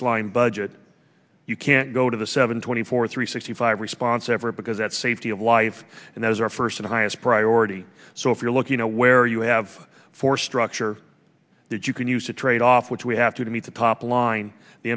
fixed line budget you can't go to the seven twenty four three sixty five response ever because that's safety of life and that is our first and highest priority so if you're looking where you have four structure that you can use to trade off which we have to meet the top line the